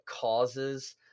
causes